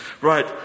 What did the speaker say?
Right